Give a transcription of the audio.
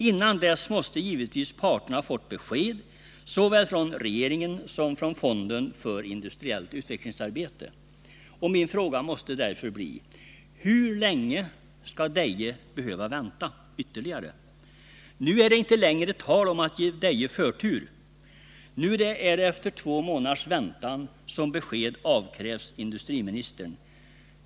Innan dess måste givetvis parterna ha fått besked såväl från regeringen som från Fonden för industriellt utvecklingsarbete. Min fråga måste därför bli: Hur länge skall Deje behöva vänta ytterligare? Nu är det inte längre tal om att ge Deje förtur. Nu efter två månaders väntan avkrävs industriministern ett besked.